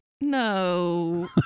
no